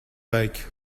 lake